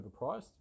overpriced